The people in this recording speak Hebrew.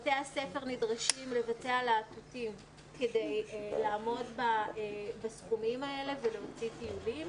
בתי הספר נדרשים לבצע להטוטים כדי לעמוד בסכומים האלה ולהוציא טיולים.